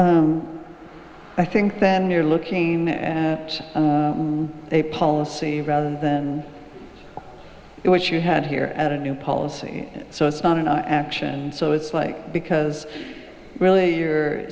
think then you're looking at a policy rather than what you had here at a new policy so it's not an action so it's like because really your